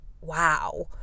wow